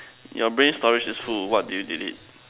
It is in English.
your brave stories is who what did you did